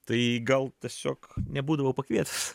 tai gal tiesiog nebūdavau pakvietęs